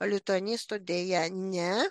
lituanistų deja ne